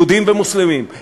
יהודים ומוסלמים,